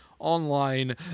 online